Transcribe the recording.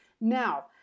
Now